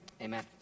Amen